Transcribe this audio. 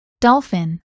Dolphin